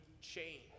change